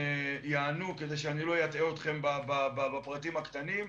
יענו כדי שאני לא אטעה אתכם בפרטים הקטנים.